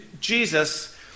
Jesus